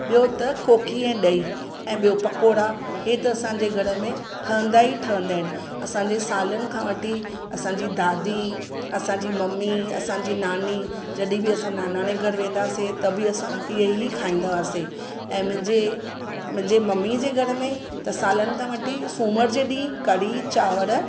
ॿियो त कोकी ऐं ॾही ऐं ॿियो पकोड़ा हे त असांजे घर में ठहंदा ई ठहंदा आहिनि असांजे सालनि खां वठी असांजी दादी असांजी ममी असांजी नानी जॾहिं बि नानाणे घर वेंदासे त बि असां इहे ई खाईंदा हुआसे ऐं मुंहिंजे मुंहिंजे ममीअ जे घर में त सालनि खां वठी सूमरु जे ॾींहुं कढ़ी चांवर